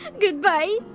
Goodbye